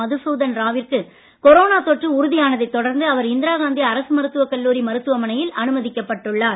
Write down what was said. மதுசூதன் ரா விற்கு கொரோனா தொற்று உறுதி ஆனதைத் தொடர்ந்து அவர் இந்திரா காந்தி அரசு மருத்துவக் கல்லூரி மருத்துவமனையில் அனுமதிக்கப் பட்டுள்ளார்